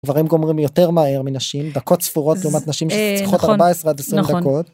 גברים גומרים יותר מהר מנשים, דקות ספורות לעומת נשים שצריכות 14 עד 20 דקות.